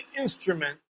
instrument